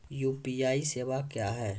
UPI सेवा क्या हैं?